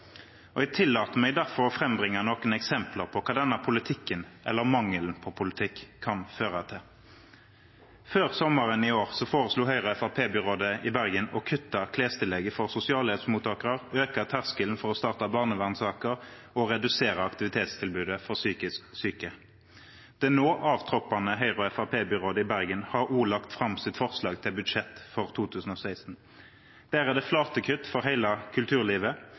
budsjettet. Jeg tillater meg derfor å frambringe noen eksempler på hva denne politikken, eller mangelen på politikk, kan føre til. Før sommeren i år foreslo Høyre–Fremskrittsparti-byrådet i Bergen å kutte klestillegget for sosialhjelpsmottakere, øke terskelen for å starte barnevernssaker og redusere aktivitetstilbudet for psykisk syke. Det nå avtroppende Høyre–Fremskrittsparti-byrådet i Bergen har også lagt fram sitt forslag til budsjett for 2016. Der er det flate kutt for hele kulturlivet,